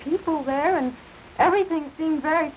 people there and everything seemed very